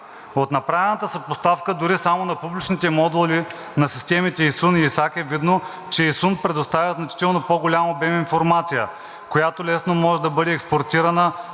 От направената съпоставка дори само на публичните модули на системите ИСУН и ИСАК е видно, че ИСУН предоставя значително по-голям обем информация, която лесно може да бъде експортирана